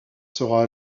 sera